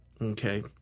okay